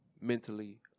mentally